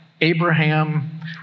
Abraham